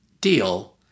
deal